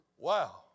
Wow